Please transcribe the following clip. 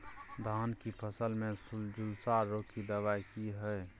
धान की फसल में झुलसा रोग की दबाय की हय?